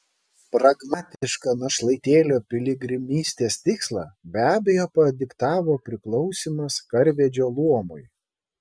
pragmatišką našlaitėlio piligrimystės tikslą be abejo padiktavo priklausymas karvedžio luomui